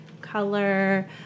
color